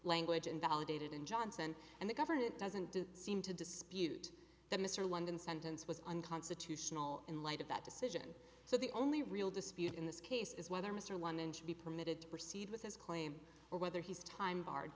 language invalidated in johnson and the government doesn't do seem to dispute that mr london sentence was unconstitutional in light of that decision so the only real dispute in this case is whether mr london should be permitted to proceed with his claim or whether his time barred